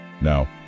Now